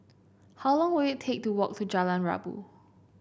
how long will it take to walk to Jalan Rabu